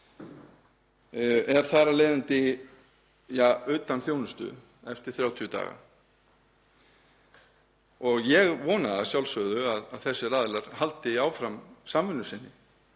er þar af leiðandi utan þjónustu eftir 30 daga. Ég vona að sjálfsögðu að þessir aðilar haldi áfram samvinnu sinni